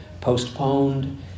postponed